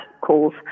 calls